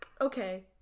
Okay